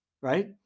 right